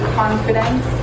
confidence